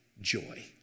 joy